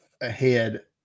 ahead